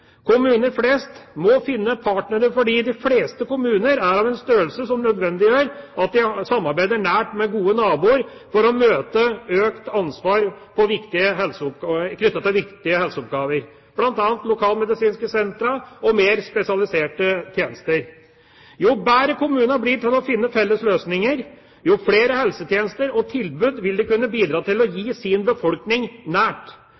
Kommuner flest må finne partnere, for de fleste kommuner er av en størrelse som nødvendiggjør at de samarbeider nært med gode naboer for å møte økt ansvar knyttet til viktige helseoppgaver, bl.a. lokalmedisinske sentre og mer spesialiserte tjenester. Jo bedre kommunene blir til å finne felles løsninger, jo flere helsetjenester og -tilbud vil de kunne bidra til å gi sin befolkning – nært.